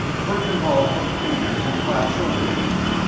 verkan vall hooked fingers and clapped shoulders with them.